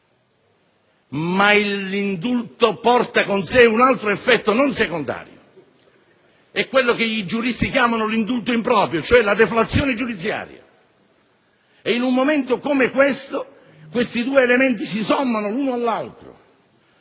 Ma l'indulto porta con sé un altro effetto non secondario, quello che i giuristi chiamano l'indulto improprio, cioè la deflazione giudiziaria. E, in un momento come quello attuale, questi due elementi si sommano l'uno all'altro